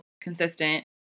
consistent